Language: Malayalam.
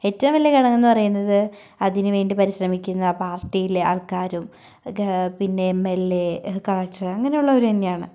ഏറ്റവും വലിയ ഘടകം എന്നു പറയുന്നത് അതിനു വേണ്ടി പരിശ്രമിക്കുന്ന പാർട്ടിയിലെ ആൾക്കാരും പിന്നെ എം എൽ എ കളക്ടർ അങ്ങനെയുള്ളവർ തന്നെയാണ്